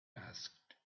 asked